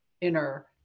inner